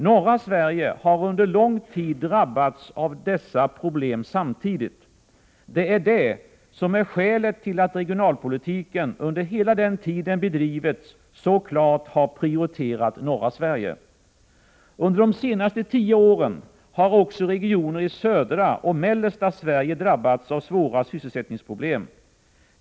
Norra Sverige har under lång tid ”drabbats” av dessa problem samtidigt. Det är det som är skälet till att regionalpolitiken under hela den tid den bedrivits så klart har prioriterat norra Sverige. Under de senaste tio åren har också regioner i södra och mellersta Sverige drabbats av svåra sysselsättningsproblem.